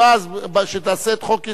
אז שתעשה את חוק-יסוד: